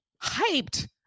hyped